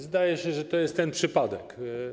Zdaje się, że to jest ten przypadek.